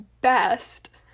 best